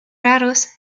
raros